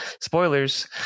Spoilers